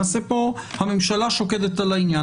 הממשלה שוקדת על העניין,